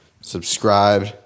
subscribe